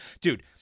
Dude